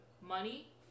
Money